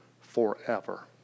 forever